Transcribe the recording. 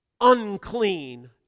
unclean